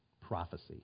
prophecy